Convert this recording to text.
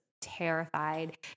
terrified